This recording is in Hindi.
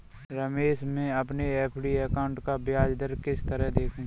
रमेश मैं अपने एफ.डी अकाउंट की ब्याज दर किस तरह देखूं?